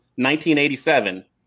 1987